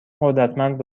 قدرتمند